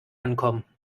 ankommen